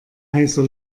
heißer